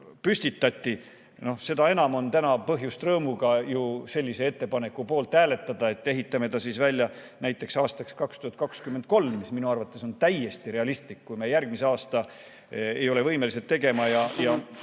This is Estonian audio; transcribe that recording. püstitati. Seda enam on täna põhjust rõõmuga ju sellise ettepaneku poolt hääletada, et ehitame selle siis välja näiteks aastaks 2023. See minu arvates on täiesti realistlik, kui me järgmisel aastal ei ole võimelised seda